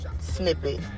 snippet